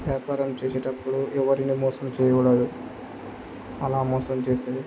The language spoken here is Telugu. వ్యాపారం చేసేటప్పుడు ఎవరిని మోసం చేయకూడదు అలా మోసం చేసేది